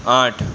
આઠ